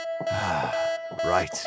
Right